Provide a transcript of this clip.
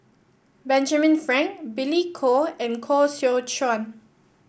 Benjamin Frank Billy Koh and Koh Seow Chuan